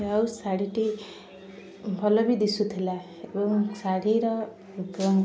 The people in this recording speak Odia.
ଆଉ ଶାଢ଼ୀଟି ଭଲ ବି ଦିଶୁଥିଲା ଏବଂ ଶାଢ଼ୀର